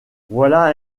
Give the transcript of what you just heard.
voilà